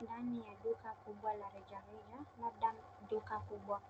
Ndani ya duka kubwa la rejareja, labda duka kubwa